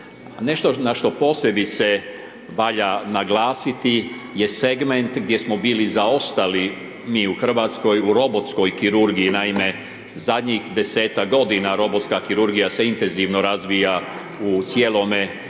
Nešto na što posebice valja naglasiti je segment gdje smo bili zaostali mi u Hrvatskoj u robotskoj kirurgiji, naime zadnjih 10-tak godina robotska kirurgija se intenzivno razvija u cijelome